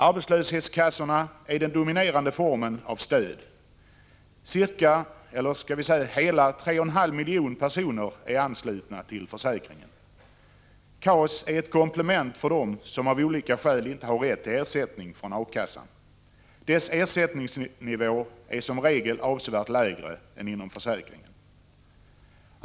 Arbetslöshetskassorna är den dominerande formen av stöd. Hela 3,5 miljoner personer är anslutna till försäkringen. KAS är ett komplement för dem som av olika skäl inte har rätt till ersättning från A-kassan. Dess ersättningsnivå är som regel avsevärt lägre än inom försäkringen.